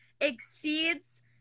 exceeds